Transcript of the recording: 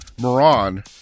Moran